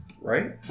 right